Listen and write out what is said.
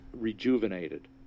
rejuvenated